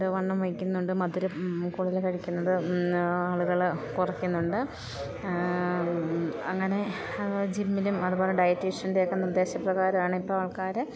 ഉണ്ട് വണ്ണം വയ്ക്കുന്നുണ്ട് മാധുരം കൂടുതൽ കഴിക്കുന്നത് ആളുകൾ കുറക്കുന്നുണ്ട് അങ്ങനെ ജിമ്മിലും അതുപോലെ ഡയറ്റീഷൻ്റെ ഒക്കെ നിർദ്ദേശപ്രകാരമാണ് ഇപ്പം ആൾക്കാർ